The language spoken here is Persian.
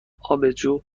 آبجو